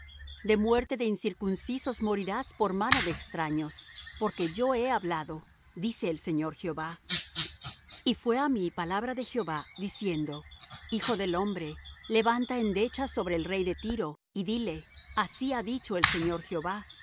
de muerte de incircuncisos morirás por mano de extraños porque yo he hablado dice el señor jehová y fué á mí palabra de jehová diciendo hijo del hombre levanta endechas sobre el rey de tiro y dile así ha dicho el señor jehová